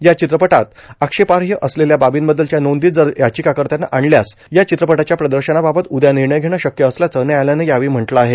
या चित्रपटात आक्षेपार्ह असलेल्या बार्बीबद्दलच्या नोंदी जर याचिकाकर्त्यानं आणल्यास या चित्रपटाच्या प्रदर्शनाबाबत उद्या निर्णय घेणं शक्य असल्याचं न्यायालयानं यावेळी म्हटलं आहे